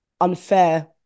unfair